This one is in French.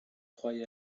croyez